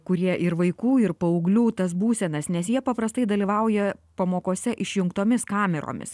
kurie ir vaikų ir paauglių tas būsenas nes jie paprastai dalyvauja pamokose išjungtomis kameromis